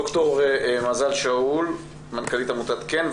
ד"ר מזל שאול, מנכ"לית עמותת כ"ן.